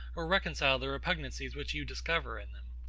or reconcile the repugnancies which you discover in them.